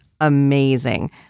amazing